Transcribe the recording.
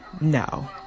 no